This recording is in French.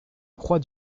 croix